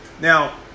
Now